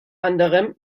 anderem